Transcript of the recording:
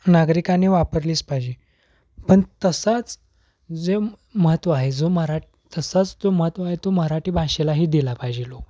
नागरिकाने वापरलीच पाहिजे पण तसाच जे महत्त्व आहे जो मराठी तसाच जो महत्त्व आहे तो मराठी भाषेलाही दिला पाहिजेल